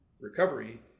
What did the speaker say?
recovery